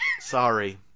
Sorry